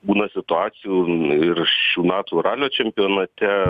būna situacijų ir šių metų ralio čempionate